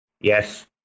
Yes